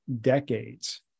decades